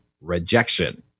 rejection